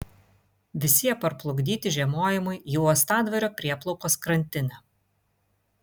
visi jie parplukdyti žiemojimui į uostadvario prieplaukos krantinę